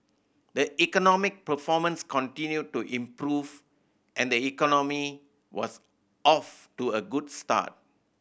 the economic performance continued to improve and the economy was off to a good start